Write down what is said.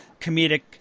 comedic